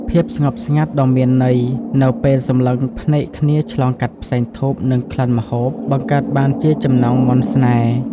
ភាពស្ងប់ស្ងាត់ដ៏មានន័យនៅពេលសម្លឹងភ្នែកគ្នាឆ្លងកាត់ផ្សែងធូប និងក្លិនម្ហូប បង្កើតបានជាចំណងមន្តស្នេហ៍។